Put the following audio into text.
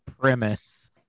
premise